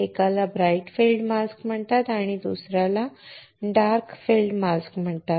एकाला bright field मास्कम्हणतात दुसर्याला डार्क फील्ड मास्क म्हणतात